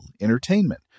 entertainment